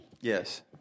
Yes